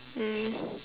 mm